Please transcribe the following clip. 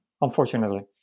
unfortunately